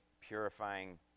purifying